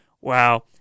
wow